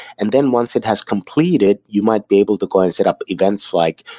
and then once it has completed, you might be able to go and set up events like,